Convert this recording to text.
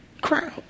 crowd